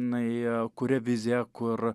jinai kuria viziją kur